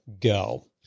go